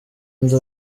ndi